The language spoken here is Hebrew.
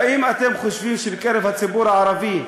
האם אתם חושבים שבקרב הציבור הערבי,